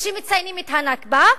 שמציינים את ה"נכבה",